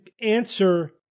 answer